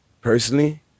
personally